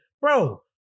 bro